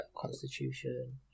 Constitution